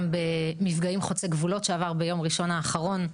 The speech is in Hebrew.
גם במפגעים חוצי גבולות שעבר ביום ראשון האחרון,